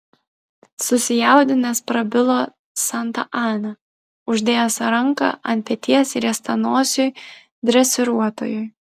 susijaudinęs prabilo santa ana uždėjęs ranką ant peties riestanosiui dresiruotojui